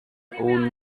own